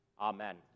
Amen